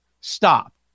Stop